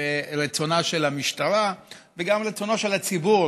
ברצונה של המשטרה וגם רצונו של הציבור,